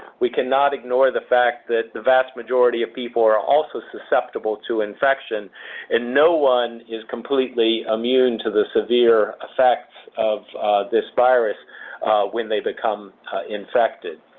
we cannot ignore the fact that the vast majority of people are also susceptible to infection and no one is completely immune to the severe effects of this virus when they become infected.